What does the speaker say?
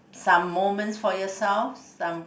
some moments for yourself some